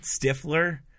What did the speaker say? Stifler